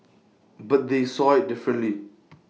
but they saw IT differently